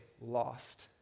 lost